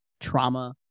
trauma